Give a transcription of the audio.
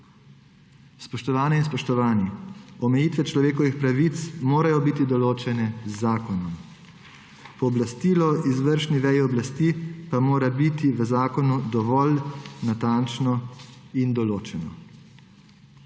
Spoštovane in spoštovani, omejitve človekovih pravic morajo biti določene z zakonom, pooblastilo izvršne veje oblasti pa mora biti v zakonu dovolj natančno in določno.